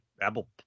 apple